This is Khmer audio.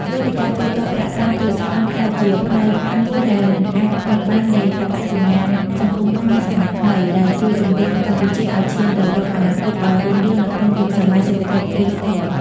វេទិកាទូទាត់ប្រាក់តាមទូរស័ព្ទបានក្លាយជាផ្នែកមួយដែលមិនអាចខ្វះបាននៃអត្តសញ្ញាណសង្គមខ្មែរសម័យថ្មី ដែលជួយជម្រុញកម្ពុជាឱ្យឈានទៅរកអនាគតដ៏រុងរឿងនៅក្នុងយុគសម័យសេដ្ឋកិច្ចឌីជីថល។